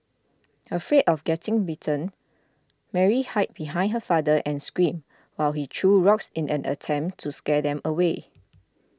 afraid of getting bitten Mary hid behind her father and screamed while he threw rocks in an attempt to scare them away